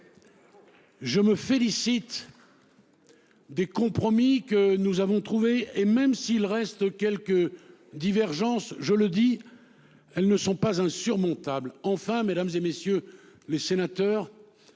Je me félicite des compromis que nous avons trouvés. Même s'il reste quelques divergences, je le dis ici : elles ne sont pas insurmontables. Enfin, mesdames, messieurs les sénateurs,